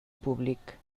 públic